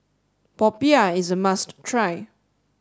Popiah is a must try